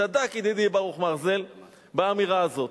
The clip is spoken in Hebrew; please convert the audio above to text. צדק ידידי ברוך מרזל באמירה הזאת.